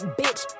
bitch